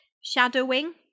shadowing